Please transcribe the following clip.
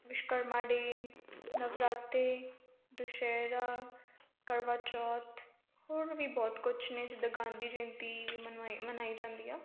Vishwakarma day Navratre Dussehra Karwa Chauth ਹੋਰ ਵੀ ਬਹੁਤ ਕੁਛ ਨੇ ਜਿੱਦਾਂ ਗਾਂਧੀ ਜੈਯੰਤੀ ਵੀ ਮਨਵਾ ਮਨਾਈ ਜਾਂਦੀ ਆ